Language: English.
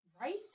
Right